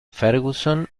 ferguson